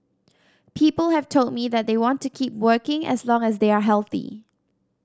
people have told me that they want to keep working as long as they are healthy